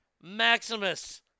Maximus